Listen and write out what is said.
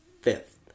fifth